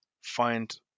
find